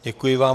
Děkuji vám.